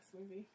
movie